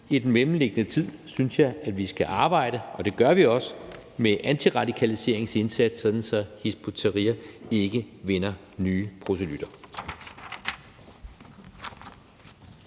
I den mellemliggende tid synes jeg at vi skal arbejde – og det gør vi også – med en antiradikaliseringsindsats, sådan at Hizb ut-Tahrir ikke vinder nye proselytter.